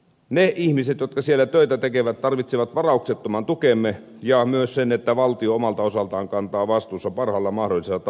ne ihmiset jotka siellä töitä tekevät tarvitsevat varauksettoman tukemme ja myös sen että valtio omalta osaltaan kantaa vastuunsa parhaalla mahdollisella tavalla